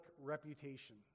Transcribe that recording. reputation